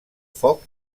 foc